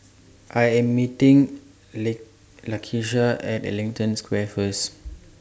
I Am meeting They Lakesha At Ellington Square First